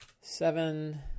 seven